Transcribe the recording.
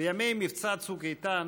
וימי מבצע צוק איתן,